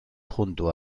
junto